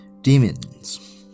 demons